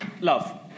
love